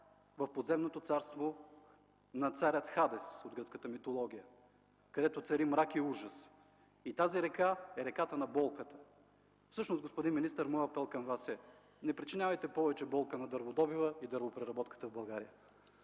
в подземното царство на царя Хадес от гръцката митология. Там цари мрак и ужас. Тази река е реката на болката. Всъщност, господин министър, моят апел към Вас е: не причинявайте повече болка на дърводобива и дървопреработката в България.